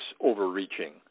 overreaching